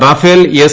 Rafale S